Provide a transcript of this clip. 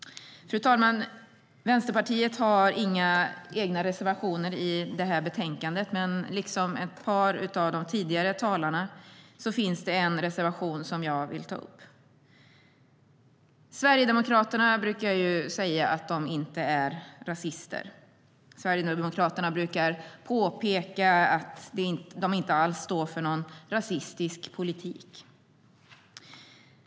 Fru talman! Vänsterpartiet har inga egna reservationer i det här betänkandet, men liksom ett par av de tidigare talarna har jag en reservation som jag vill ta upp. Sverigedemokraterna brukar säga att de inte är rasister. De brukar påpeka att de inte alls står för någon rasistisk politik.